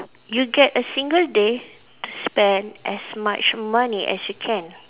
you get a single day to spend as much money as you can